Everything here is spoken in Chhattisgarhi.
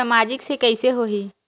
सामाजिक से कइसे होही?